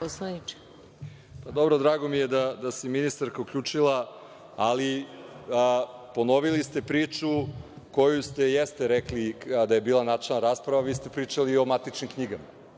**Marko Đurišić** Drago mi je da se ministarka uključila, ali ponovili ste priču koju ste, jeste rekli kada je bila načelna rasprava, vi ste pričali o matičnim knjigama,